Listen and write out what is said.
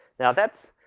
now, that's,